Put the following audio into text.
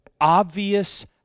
obvious